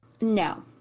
no